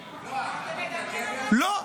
לא,